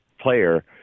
player